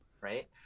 Right